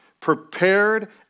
prepared